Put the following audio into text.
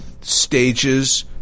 stages